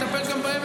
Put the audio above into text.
נטפל גם בהם,